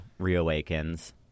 reawakens